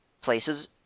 places